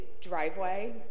driveway